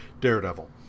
Daredevil